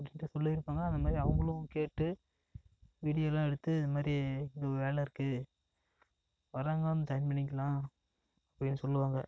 என் கிட்டே சொல்லிருப்பாங்க அந்த மாரி அவர்களும் கேட்டு வீடியோயெலாம் எடுத்து இது மாதிரி வேலை இருக்குது வரவங்க வந்து ஜாயின் பண்ணிக்கலாம் அப்படின்னு சொல்லுவாங்க